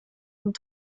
und